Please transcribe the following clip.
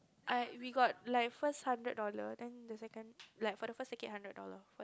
I we got like first hundred dollar then the second like for the first second hundred dollar